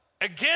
Again